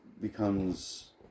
becomes